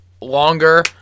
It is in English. longer